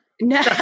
No